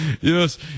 Yes